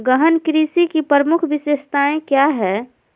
गहन कृषि की प्रमुख विशेषताएं क्या है?